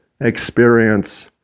Experience